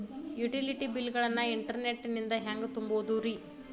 Utility bill ಗಳನ್ನ internet ನಿಂದ ಹೆಂಗ್ ತುಂಬೋದುರಿ?